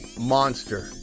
monster